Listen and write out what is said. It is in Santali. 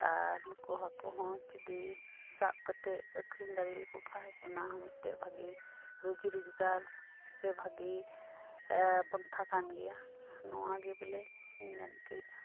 ᱟᱨ ᱱᱩᱠᱩ ᱦᱟᱹᱠᱩ ᱦᱚᱸ ᱡᱩᱫᱤ ᱥᱟᱵ ᱠᱟᱛᱮᱫ ᱟᱹᱠᱷᱨᱤᱧ ᱫᱟᱲᱮ ᱞᱮᱠᱚ ᱠᱷᱟᱱ ᱚᱱᱟ ᱦᱚᱸ ᱢᱤᱫᱴᱮᱡ ᱵᱷᱟᱹᱜᱤ ᱨᱩᱡᱤ ᱨᱚᱡᱜᱟᱨ ᱥᱮ ᱵᱷᱟᱹᱜᱤ ᱯᱚᱱᱛᱷᱟ ᱠᱟᱱ ᱜᱮᱭᱟ ᱱᱚᱣᱟ ᱜᱮ ᱵᱚᱞᱮᱧ ᱢᱮᱱ ᱚᱪᱚᱭᱮᱫᱟ